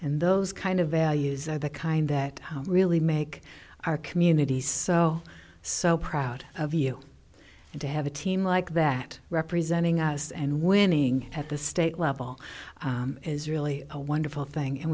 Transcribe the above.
and those kind of values are the kind that really make our community so so proud of you and to have a team like that representing us and winning at the state level is really a wonderful thing and